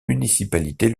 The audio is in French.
municipalités